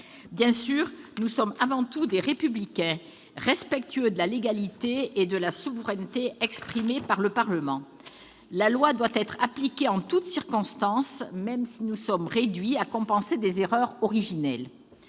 Bien sûr, nous sommes avant tout des républicains, respectueux de la légalité et de la souveraineté exprimées par le Parlement. La loi doit être appliquée en toutes circonstances, même si nous sommes réduits à compenser des erreurs originelles.